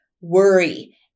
worry